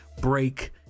break